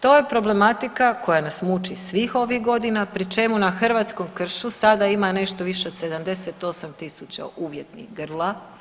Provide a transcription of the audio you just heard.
To je problematika koja nas muči svih ovih godina pri čemu na hrvatskom kršu sada ima nešto više od 78 tisuća uvjetnih grla.